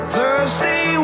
Thursday